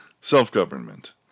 Self-government